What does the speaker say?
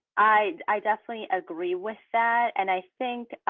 i, i definitely agree with that. and i think